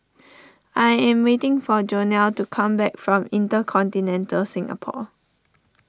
I am waiting for Jonell to come back from Intercontinental Singapore